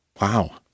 Wow